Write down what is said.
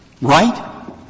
right